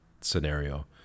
scenario